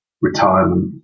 retirement